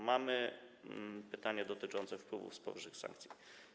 Mamy pytania dotyczące wpływów z powyższych sankcji.